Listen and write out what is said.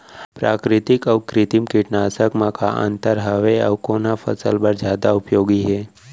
प्राकृतिक अऊ कृत्रिम कीटनाशक मा का अन्तर हावे अऊ कोन ह फसल बर जादा उपयोगी हे?